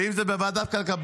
ואם זה בוועדת הכלכלה,